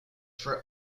for